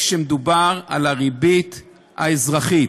זה כשמדובר בריבית האזרחית.